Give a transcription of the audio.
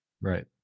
right